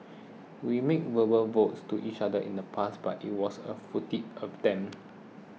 we made verbal vows to each other in the past but it was a futile attempt